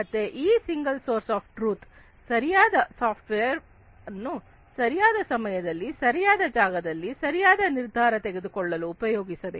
ಮತ್ತೆ ಈ single source of truth ಸರಿಯಾದ ಸಾಫ್ಟ್ವೇರ್ ಅನ್ನು ಸರಿಯಾದ ಸಮಯದಲ್ಲಿ ಸರಿಯಾದ ಜಾಗದಲ್ಲಿ ಸರಿಯಾದ ನಿರ್ಧಾರ ತೆಗೆದುಕೊಳ್ಳಲು ಉಪಯೋಗಿಸಬೇಕು